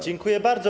Dziękuję bardzo.